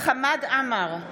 חמד עמאר,